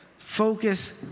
Focus